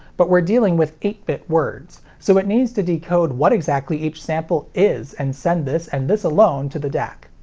but we're dealing with eight bit words, so it needs to decode what exactly each sample is and send this and this alone to the dac.